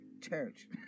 church